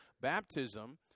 baptism